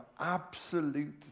absolute